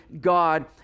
God